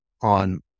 on